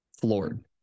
floored